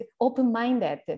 open-minded